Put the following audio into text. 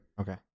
Okay